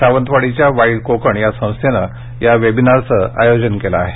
सावंतवाडीच्या वाईल्ड कोकण या संस्थेनं या वेबिनारचं आयोजन केलं आहे